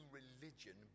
religion